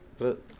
तर